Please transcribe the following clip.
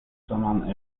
toman